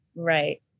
Right